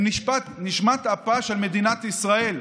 הם נשמת אפה של מדינת ישראל.